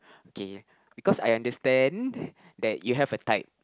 K because I understand that you have a type